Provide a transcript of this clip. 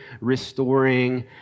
restoring